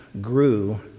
grew